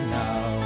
now